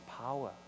power